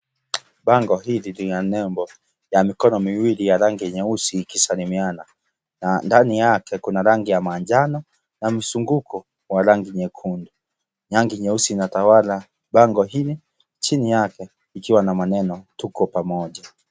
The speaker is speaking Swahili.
Bango hili lina nembo la mikono miwili ya rangi nyeusi ikisalimiana na ndani yake kuna rangi ya manjano na mzunguko wa rangi nyekundu, rangi nyeusi inatawala bango hili, chini yake ikiwa na maneno tuko pamoja.